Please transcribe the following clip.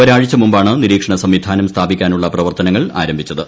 ഒരാഴ്ച മുമ്പാണ് നിരീക്ഷണ സംവിധാനം സ്ഥാപിക്കാനുള്ള പ്രവർത്തനങ്ങൾ ആരംഭിച്ചത്